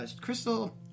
Crystal